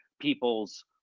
people's